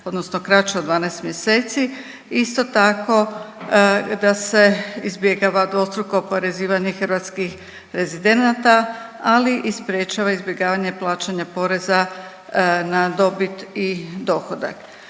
odnosno kraće od 12 mjeseci, isto tako da se izbjegava dvostruko oporezivanje hrvatskih rezidenata ali i sprječava izbjegavanje plaćanja poreza na dobit i dohodak.